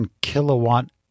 kilowatt